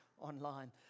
online